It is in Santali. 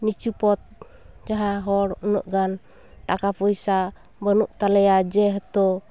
ᱱᱤᱪᱩ ᱯᱚᱫᱽ ᱡᱟᱦᱟᱸ ᱦᱚᱲ ᱩᱱᱟᱹᱜ ᱜᱟᱱ ᱴᱟᱠᱟ ᱯᱚᱭᱥᱟ ᱵᱟᱹᱱᱩᱜ ᱛᱟᱞᱮᱭᱟ ᱡᱮᱦᱮᱛᱩ